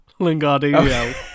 Lingardinho